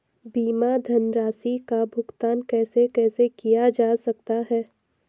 बीमा धनराशि का भुगतान कैसे कैसे किया जा सकता है?